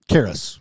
Karis